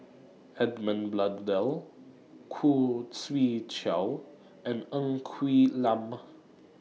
Edmund Blundell Khoo Swee Chiow and Ng Quee Lam